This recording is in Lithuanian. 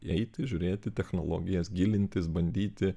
eiti žiūrėti technologijas gilintis bandyti